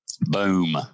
Boom